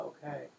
Okay